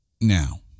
Now